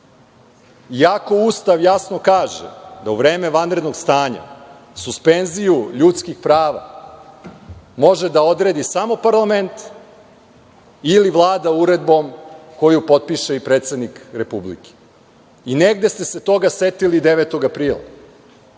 iako Ustav jasno kaže da u vreme vanrednog stanja suspenziju ljudskih prava može da odredi samo parlament ili Vlada uredbom koju potpiše i predsednik Republike. Negde se toga setili 9. aprila,